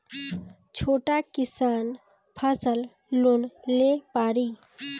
छोटा किसान फसल लोन ले पारी?